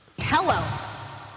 Hello